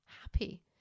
happy